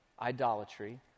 idolatry